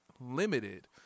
limited